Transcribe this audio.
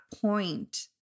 point